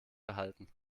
behalten